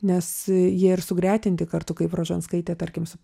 nes jie ir sugretinti kartu kaip rožanskaitė tarkim su